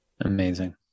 Amazing